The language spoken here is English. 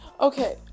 okay